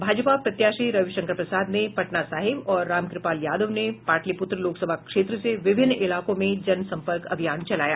भाजपा प्रत्याशी रविशंकर प्रसाद ने पटना साहिब और रामकृपाल यादव ने पाटलिपूत्रा लोकसभा क्षेत्र से विभिन्न इलाकों में जनसंपर्क अभियान चलाया